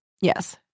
Yes